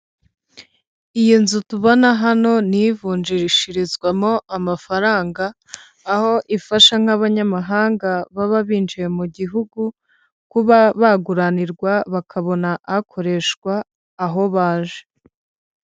Iyi nzu tubona hano ni ivunjirishirizwamo amafaranga aho ifasha nk'abanyamahanga baba binjiye mu gihugu kuba baguranirwa bakabona akoreshwa aho baje.